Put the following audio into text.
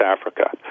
Africa